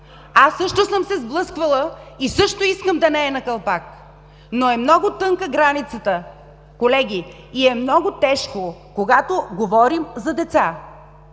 Аз също съм се сблъсквала и също искам да не е на калпак. Но е много тънка границата, колеги, и е много тежко, когато говорим за деца.